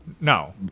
No